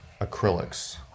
acrylics